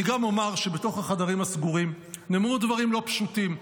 אני גם אומר שבתוך החדרים הסגורים נאמרו דברים לא פשוטים.